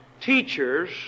teachers